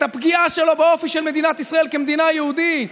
את הפגיעה שלו באופי של מדינת ישראל כמדינה יהודית,